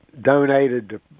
donated